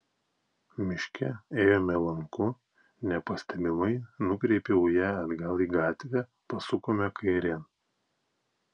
miške ėjome lanku nepastebimai nukreipiau ją atgal į gatvę pasukome kairėn